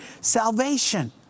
salvation